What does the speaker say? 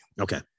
Okay